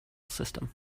system